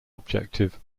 objective